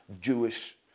Jewish